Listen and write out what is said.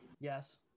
Yes